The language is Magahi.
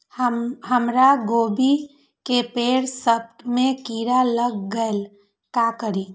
हमरा गोभी के पेड़ सब में किरा लग गेल का करी?